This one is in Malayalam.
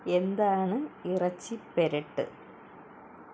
എന്താണ് ഇറച്ചി പെരട്ട്